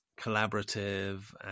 collaborative